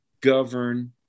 govern